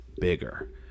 bigger